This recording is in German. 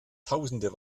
tausende